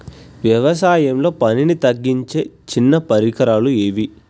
వ్యవసాయంలో పనిని తగ్గించే చిన్న పరికరాలు ఏవి?